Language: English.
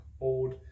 old